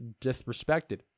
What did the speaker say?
disrespected